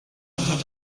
hat